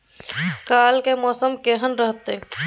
काल के मौसम केहन रहत?